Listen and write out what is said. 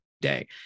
day